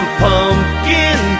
pumpkin